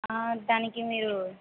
దానికి మీరు